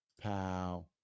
Pow